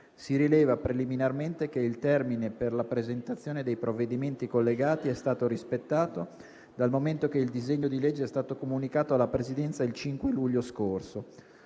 Si rileva preliminarmente che il termine per la presentazione dei provvedimenti collegati è stato rispettato, dal momento che il disegno di legge è stato comunicato alla Presidenza il 5 luglio scorso.